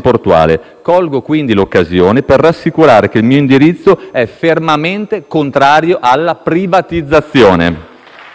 portuali. Colgo quindi l'occasione per rassicurare che il mio indirizzo è fermamente contrario alla privatizzazione.